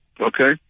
Okay